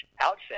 outfit